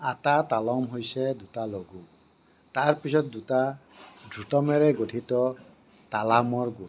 আটা তালম হৈছে দুটা লঘু তাৰ পিছত দুটা ধ্ৰুতমৰে গঠিত তালমৰ গোট